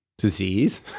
disease